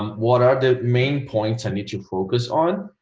um what are the main points i need to focus on.